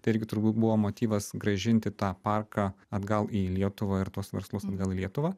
tai irgi turbūt buvo motyvas grąžinti tą parką atgal į lietuvą ir tuos verslus atgal į lietuvą